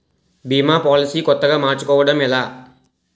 భీమా policy కొత్తగా మార్చుకోవడం ఎలా?